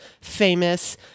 famous